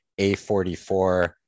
A44